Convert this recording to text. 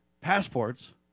passports